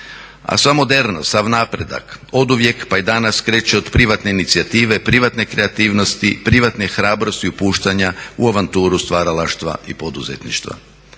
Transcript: A sva modernost, sav napredak, oduvijek pa i danas kreće od privatne inicijative, privatne kreativnosti, privatne hrabrosti upuštanja u avanturu stvaralaštva i poduzetništva.